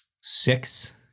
six